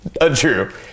untrue